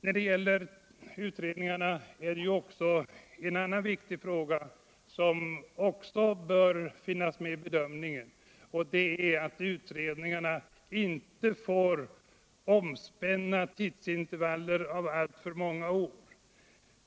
När det gäller utredningarna är det också en annan sak som bör finnas med vid bedömningen, och det är att utredningarna inte får omspänna alltför många år.